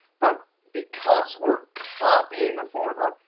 but because we're copying the formula,